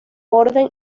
orden